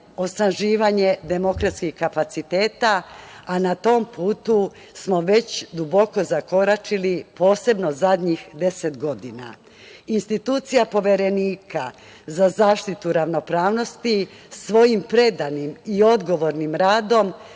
osnaživanje demokratskih kapaciteta, a na tom putu smo već duboko zakoračili, posebno zadnjih 10 godina. Institucija Poverenika za zaštitu ravnopravnosti svojim predanim i odgovornim radom